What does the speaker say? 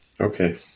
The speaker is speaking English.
Okay